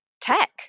tech